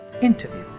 interview